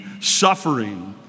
suffering